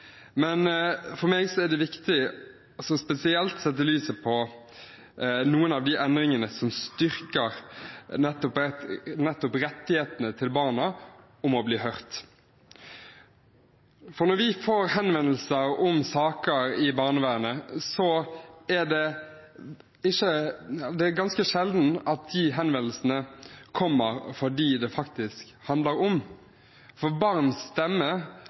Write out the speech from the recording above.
men for meg er det viktig spesielt å sette lyset på noen av de endringene som styrker rettighetene til barna om å bli hørt. Når vi får henvendelser om saker i barnevernet, er det ganske sjelden at de kommer fra dem det faktisk handler om, for barns